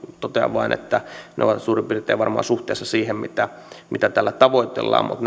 totean vain että ne ovat suurin piirtein varmaan suhteessa siihen mitä mitä tällä tavoitellaan mutta